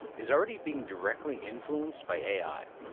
is already being directly influenced by ai.